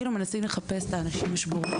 כאילו מנסים לחפש את האנשים השבורים.